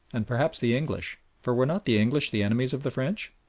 and perhaps the english, for were not the english the enemies of the french?